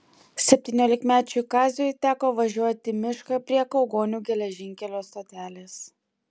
septyniolikmečiui kaziui teko važiuoti į mišką prie kaugonių geležinkelio stotelės